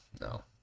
no